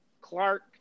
clark